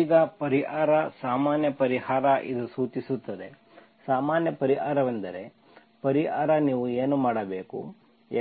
ಈಗ ಪರಿಹಾರ ಸಾಮಾನ್ಯ ಪರಿಹಾರ ಇದು ಸೂಚಿಸುತ್ತದೆ ಸಾಮಾನ್ಯ ಪರಿಹಾರವೆಂದರೆ ಪರಿಹಾರ ನೀವು ಏನು ಮಾಡಬೇಕು